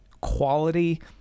quality